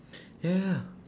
yeah